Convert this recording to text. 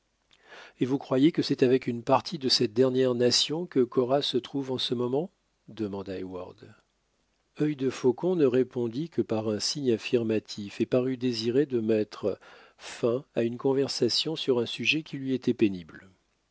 et vous croyez que c'est avec une partie de cette dernière nation que cora se trouve en ce moment demanda heyward œil de faucon ne répondit que par un signe affirmatif et parut désirer de mettre fin à une conversation sur un sujet qui lui était pénible